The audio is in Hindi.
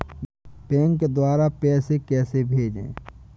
बैंक द्वारा पैसे कैसे भेजें?